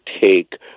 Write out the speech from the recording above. take